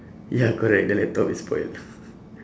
ya correct the laptop is spoiled